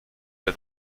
der